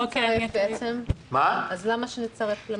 אז למה לצרף?